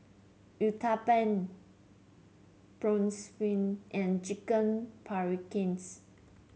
Uthapam Bratwurst and Chicken Paprikas